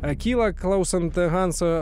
a kyla klausant hanso